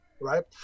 right